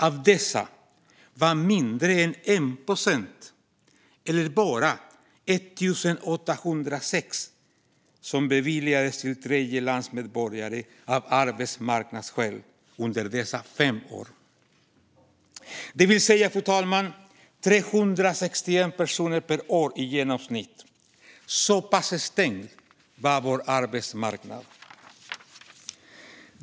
Av dessa var det mindre än 1 procent, eller bara 1 806 stycken, som beviljades till tredjelandsmedborgare av arbetsmarknadsskäl under dessa fem år. I genomsnitt 361 personer per år, fru talman - så pass stängd var alltså vår arbetsmarknad.